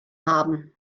haben